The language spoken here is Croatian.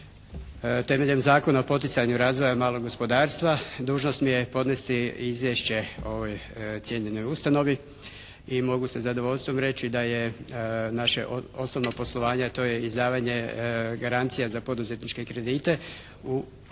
temeljem Zakona o poticanju razvoja malog gospodarstva dužnost mi je podnesti izvješće ovoj cijenjenoj ustanovi i mogu sa zadovoljstvom reći da je naše osobno poslovanje, a to je izdavanje garancija za poduzetničke kredite u 2006.